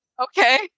Okay